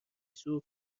سوخت